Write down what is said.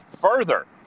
Further